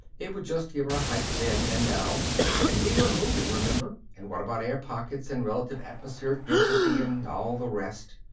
it would just give our height then and now and we were moving, remember and what about air pockets and relative atmosphere density and all the rest?